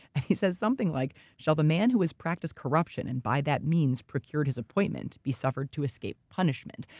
he says something like, shall the man who has practiced corruption and by that means procured his appointment be suffered to escape punishment?